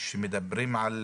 באותה מידה שזה